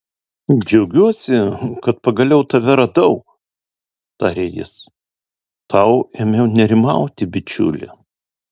džiaugiuosi kad pagaliau tave radau tarė jis tau ėmiau nerimauti bičiuli